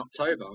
October